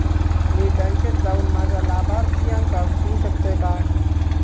मी बँकेत जाऊन माझ्या लाभारतीयांका हटवू शकतय काय?